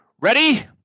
Ready